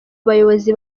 bayobozi